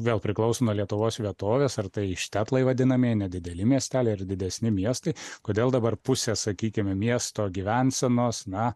vėl priklauso nuo lietuvos vietovės ar tai štetlai vadinamieji nedideli miesteliai ar didesni miestai kodėl dabar pusė sakykime miesto gyvensenos na